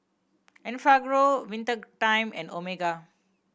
Enfagrow Winter Time and Omega